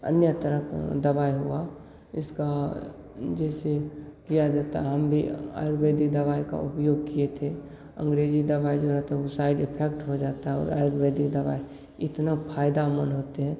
अन्य तरह का दवा हुआ इसका जैसे किया जाता है हम भी आयुर्वेदिक दवाई का उपयोग किए थे अंग्रेजी दवाई जो है रहता है साइड इफेक्ट हो जाता है और आयुर्वेदिक दवाई इतना फायदामंद होते हैं